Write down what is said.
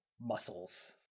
muscles